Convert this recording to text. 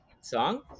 song